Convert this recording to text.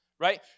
Right